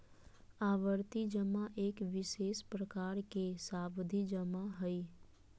आवर्ती जमा एक विशेष प्रकार के सावधि जमा हइ